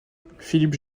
philippe